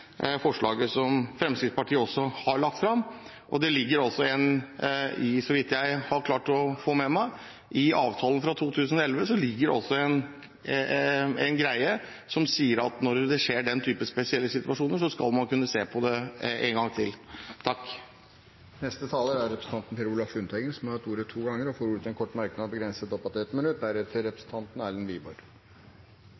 forslaget som Fremskrittspartiet har lagt fram. Det ligger også – etter det jeg har klart å få med meg – i avtalen fra 2011 at når det oppstår den type spesielle situasjoner, skal man kunne se på det en gang til. Representanten Per Olaf Lundteigen har hatt ordet to ganger tidligere og får ordet til en kort merknad, begrenset til 1 minutt.